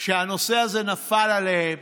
שהנושא הזה נפל עליהם,